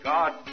God